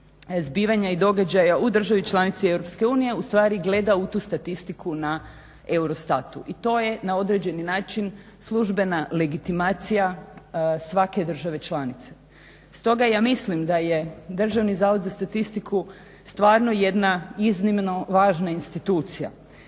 zbivanja i događaja u državi EU ustvari gleda u tu statistiku na EUROSTAT-u. I to je na određeni način službena legitimacija svake države članice. Stoga ja mislim da je Državni zavod za statistiku stvarno jedna iznimno važna institucija.